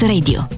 Radio